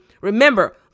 remember